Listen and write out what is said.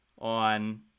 on